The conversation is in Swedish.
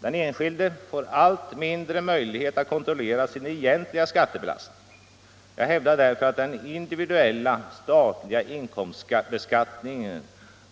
Den enskilde får allt mindre möjlighet att kontrollera sin egentliga skattebelastning. Jag hävdar därför att den individuella statliga inkomstbeskattningen